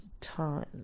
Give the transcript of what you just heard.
time